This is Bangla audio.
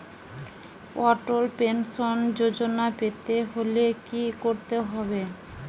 অটল পেনশন যোজনা পেতে হলে কি করতে হবে?